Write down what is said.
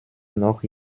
noch